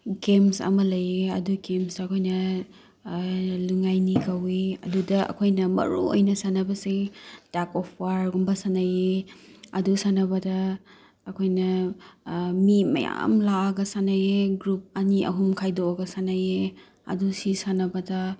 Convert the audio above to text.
games ꯑꯃ ꯂꯩꯑꯦ ꯑꯗꯨ ꯒꯦꯝꯁꯇꯣ ꯑꯩꯈꯣꯏꯅ ꯂꯨꯏꯉꯥꯏꯅꯤ ꯀꯧꯏ ꯑꯗꯨꯗ ꯑꯩꯈꯣꯏꯅ ꯃꯔꯨ ꯑꯣꯏꯅ ꯁꯥꯟꯅꯕꯁꯦ ꯇꯛ ꯑꯦꯐ ꯋꯥꯔꯒꯨꯝꯕ ꯁꯥꯟꯅꯩ ꯑꯗꯨ ꯁꯥꯟꯅꯕꯗ ꯑꯩꯈꯣꯏꯅ ꯃꯤ ꯃꯌꯥꯝ ꯂꯥꯛꯑꯒ ꯁꯥꯟꯅꯩꯑꯦ ꯒ꯭ꯔꯨꯞ ꯑꯅꯤ ꯑꯍꯨꯝ ꯈꯥꯏꯗꯣꯛꯑꯒ ꯁꯥꯟꯅꯩꯑꯦ ꯑꯗꯨ ꯁꯤ ꯁꯥꯟꯅꯕꯗ